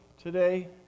today